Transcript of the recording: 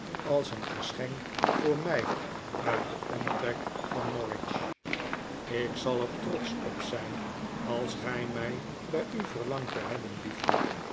als een geschenk voor my uit den omtrek van norwich ik zal er trotsch oj zyn als gy my by u verlangt te hebben lieije